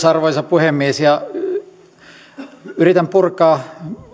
arvoisa puhemies yritän purkaa